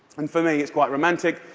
and for me, it's quite romantic,